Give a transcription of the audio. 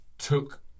took